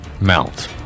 mount